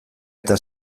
eta